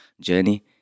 journey